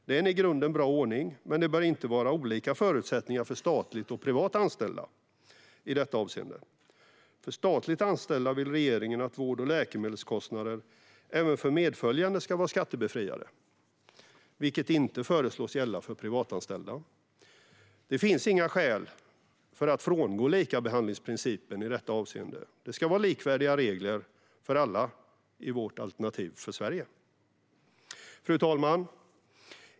Det är en i grunden bra ordning, men det bör inte vara olika förutsättningar för statligt och privat anställda i detta avseende. För statligt anställda vill regeringen att vård och läkemedelskostnader även för medföljande ska vara skattebefriade, vilket inte föreslås gälla för privatanställda. Det finns inga skäl att frångå likabehandlingsprincipen i detta avseende. Det ska vara likvärdiga regler för alla i vårt alternativ för Sverige. Fru talman!